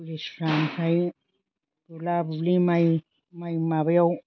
पुलिसफ्रा ओमफ्राय बुला बुलि माइ माइ माबायाव